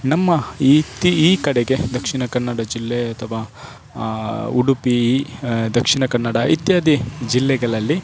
ನಮ್ಮ ಈ ತಿ ಈ ಕಡೆಗೆ ದಕ್ಷಿಣ ಕನ್ನಡ ಜಿಲ್ಲೆ ಅಥವಾ ಉಡುಪಿ ದಕ್ಷಿಣ ಕನ್ನಡ ಇತ್ಯಾದಿ ಜಿಲ್ಲೆಗಳಲ್ಲಿ